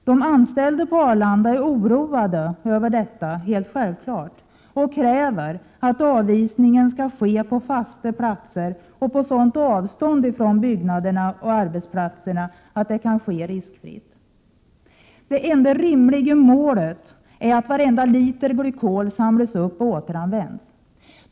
De anställda på Arlanda är helt självklart oroade över detta och kräver att avisningen skall ske på fasta platser och på sådant avstånd från byggnader och arbetsplatser att det kan ske riskfritt. Det enda rimliga målet är att varenda liter glykol samlas upp och återanvänds.